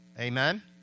Amen